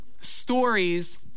stories